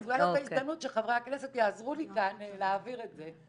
אז אולי זאת ההזדמנות שחברי הכנסת יעזרו לי כאן להעביר את זה.